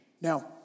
Now